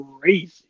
crazy